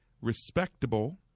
respectable